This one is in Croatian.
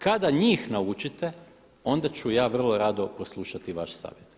Kada njih naučite onda ću ja vrlo rado poslušati vaš savjet.